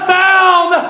found